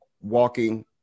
walking